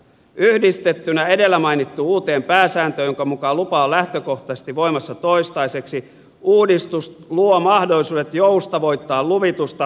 yhdistettynä edellä mainittu uuteen pääsääntöön jonka mukaan lupa on lähtökohtaisesti voimassa toistaiseksi uudistus luo mahdollisuudet joustavoittaa luvitusta huomattavasti